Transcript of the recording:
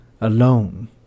alone